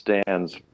stands